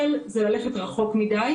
זה ללכת רחוק מידי.